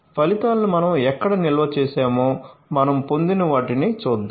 ఫలితాలను మనం ఎక్కడ నిల్వ చేసామో మనం పొందిన వాటిని చూద్దాం